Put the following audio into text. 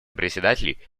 председателей